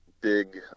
big